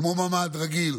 כמו ממ"ד רגיל,